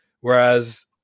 Whereas